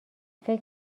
فکر